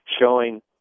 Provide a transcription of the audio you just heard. showing